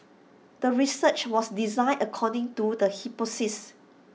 the research was designed according to the hypothesis